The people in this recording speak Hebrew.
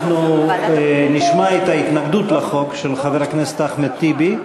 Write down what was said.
אנחנו נשמע את ההתנגדות לחוק של חבר הכנסת אחמד טיבי,